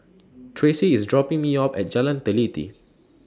Tracie IS dropping Me off At Jalan Teliti